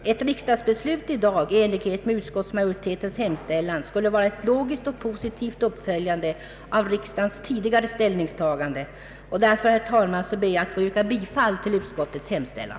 Ett riksdagsbeslut i dag i enlighet med utskottsmajoritetens hemställan skulle vara ett logiskt och positivt uppföljande av riksdagens tidigare ställningstagande. Därför, herr talman, ber jag att få yrka bifall till utskottets hemställan.